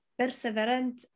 perseverant